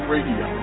Radio